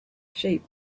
sheep